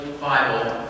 Bible